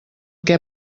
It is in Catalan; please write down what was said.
què